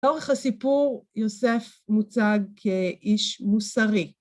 לאורך הסיפור יוסף מוצג כאיש מוסרי.